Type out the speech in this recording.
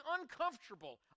uncomfortable